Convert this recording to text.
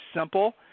simple